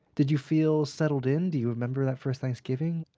did you feel settled in? do you remember that first thanksgiving?